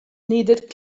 needed